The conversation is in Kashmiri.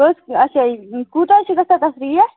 کٔژ اچھا کوٗتاہ حظ چھِ گژھان تَتھ ریٹ